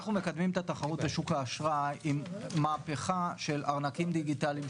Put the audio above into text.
אנחנו מקדמים את התחרות בשוק האשראי עם מהפכה של ארנקים דיגיטליים,